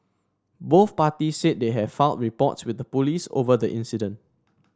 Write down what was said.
both parties said they have filed reports with the police over the incident